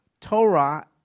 Torah